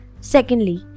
Secondly